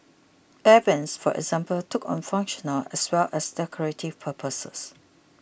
Air Vents for example took on functional as well as decorative purposes